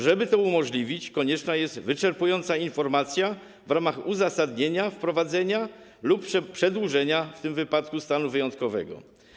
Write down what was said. Żeby to umożliwić, konieczna jest wyczerpująca informacja w ramach uzasadnienia wprowadzenia lub przedłużenia w tym wypadku stanu wyjątkowego.